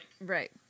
Right